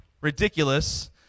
ridiculous